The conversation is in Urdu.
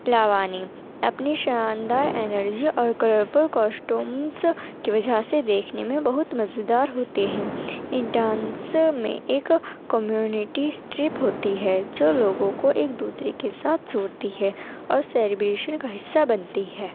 لاوانی اپنی شاندار انرجی اور کروپر کوسٹمس کی وجہ سے دیکھنے میں بہت مزیدار ہوتے ہیں ان ڈانسوں میں ایک کمیونٹی اسٹرپ ہوتی ہے جو لوگوں کو ایک دوسرے کے ساتھ جوڑتی ہے اور سیلیبریشن کا حصّہ بنتی ہے